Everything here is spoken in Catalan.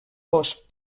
bosc